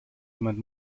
jemand